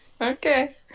Okay